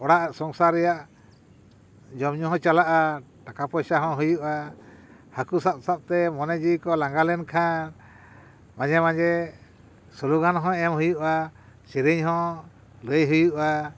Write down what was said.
ᱚᱲᱟᱜ ᱥᱚᱝᱥᱟᱨ ᱨᱮᱭᱟᱜ ᱡᱚᱢ ᱧᱩ ᱦᱚᱸ ᱪᱟᱞᱟᱜᱼᱟ ᱴᱟᱠᱟ ᱯᱚᱭᱥᱟ ᱦᱚᱸ ᱦᱩᱭᱩᱜᱼᱟ ᱦᱟ ᱠᱩ ᱥᱟᱵ ᱥᱟᱵ ᱛᱮ ᱢᱚᱱᱮ ᱡᱤᱣᱟ ᱠᱚ ᱞᱟᱸᱜᱟ ᱞᱮᱱᱠᱷᱟᱱ ᱢᱟᱡᱷᱮ ᱢᱟᱡᱷᱮ ᱥᱳᱞᱳᱜᱟᱱ ᱦᱚᱸ ᱮᱢ ᱦᱩᱭᱩᱜᱼᱟ ᱥᱮᱨᱮᱧ ᱦᱚᱸ ᱞᱟᱹᱭ ᱦᱩᱭᱩᱜᱼᱟ